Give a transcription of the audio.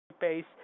Base